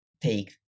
take